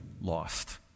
lost